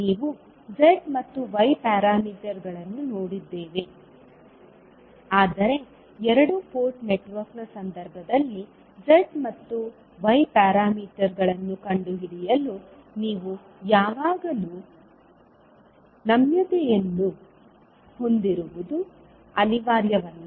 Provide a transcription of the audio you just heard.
ನಾವು z ಮತ್ತು y ಪ್ಯಾರಾಮೀಟರ್ಗಳನ್ನು ನೋಡಿದ್ದೇವೆ ಆದರೆ ಎರಡು ಪೋರ್ಟ್ ನೆಟ್ವರ್ಕ್ನ ಸಂದರ್ಭದಲ್ಲಿ z ಮತ್ತು y ಪ್ಯಾರಾಮೀಟರ್ಗಳನ್ನು ಕಂಡುಹಿಡಿಯಲು ನೀವು ಯಾವಾಗಲೂ ನಮ್ಯತೆಯನ್ನು ಹೊಂದಿರುವುದು ಅನಿವಾರ್ಯವಲ್ಲ